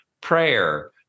prayer